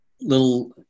little